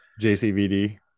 JCVD